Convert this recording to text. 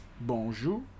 bonjour